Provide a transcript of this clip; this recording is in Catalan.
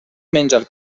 menjar